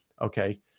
Okay